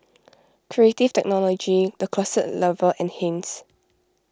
Creative Technology the Closet Lover and Heinz